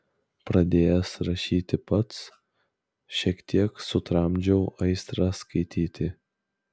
pradėjęs rašyti pats šiek tiek sutramdžiau aistrą skaityti